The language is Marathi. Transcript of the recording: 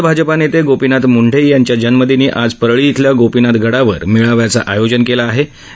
दिवंगत भाजपा नेते गोपीनाथ मुंडे यांच्या जन्मदिनी आज परळी इथल्या गोपिनाथ गडावर मेळाव्याचं आयोजन केलं आहे